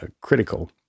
critical